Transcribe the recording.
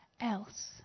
else